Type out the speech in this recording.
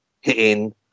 hitting